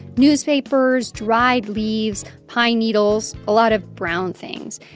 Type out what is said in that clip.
newspapers, dried leaves, pine needles a lot of brown things.